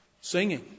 Singing